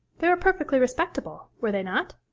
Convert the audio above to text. they were perfectly respectable were they not?